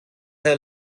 her